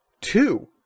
two